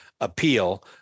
appeal